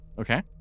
Okay